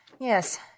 Yes